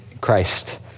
Christ